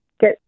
get